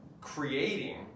creating